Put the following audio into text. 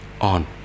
on